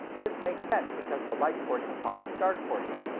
this make sense because the light portion follows a dark portion.